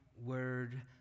word